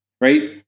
right